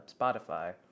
Spotify